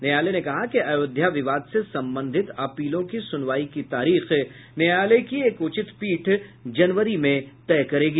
न्यायालय ने कहा कि अयोध्या विवाद से संबंधित अपीलों की सुनवाई की तारीख न्यायालय की एक उचित पीठ जनवरी में तय करेगी